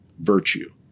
virtue